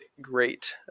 great